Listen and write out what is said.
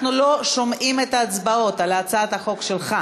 אנחנו לא שומעים את ההצבעות על הצעת החוק שלך.